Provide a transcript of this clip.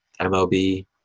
MLB